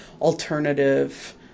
alternative